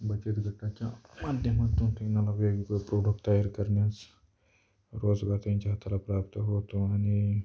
बचत गटाच्या माध्यमातून त्यांना वेगवेगळे प्रोडक्ट तयार करण्यास रोजगार त्यांच्या हाताला प्राप्त होतो आणि